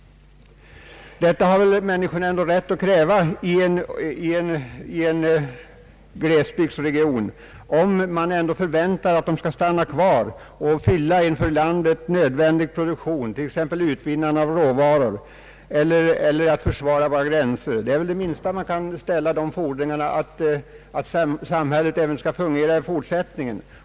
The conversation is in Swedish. Detta har människorna i en glesbygdsregion rätt att kräva, om man förväntar att de skall stanna kvar och fullgöra för landet nödvändiga uppgifter, t.ex. att utvinna råvaror eller försvara våra gränser. De minsta fordringar de kan ha är väl att samhället skall fungera även i fortsättningen.